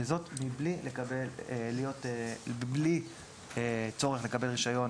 וזאת מבלי צורך לקבל רישיון